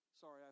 Sorry